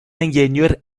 ingénieur